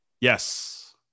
Yes